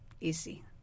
Easy